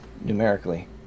numerically